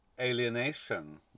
alienation